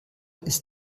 ist